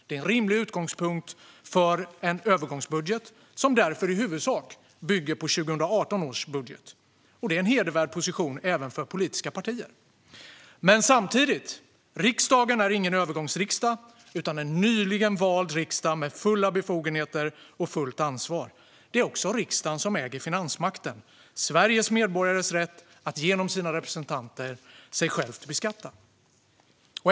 Det är en rimlig utgångspunkt för en övergångsbudget, som därför i huvudsak bygger på 2018 års budget. Och det är en hedervärd position även för politiska partier. Men samtidigt är riksdagen ingen övergångsriksdag utan en nyligen vald riksdag med fulla befogenheter och fullt ansvar. Det är också riksdagen som äger finansmakten - Sveriges medborgares rätt att genom sina representanter sig själva beskatta.